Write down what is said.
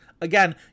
again